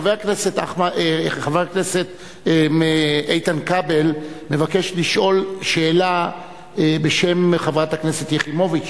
חבר הכנסת איתן כבל מבקש לשאול שאלה בשם חברת הכנסת שלי יחימוביץ.